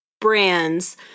brands